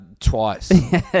Twice